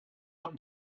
him